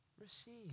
Receive